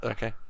Okay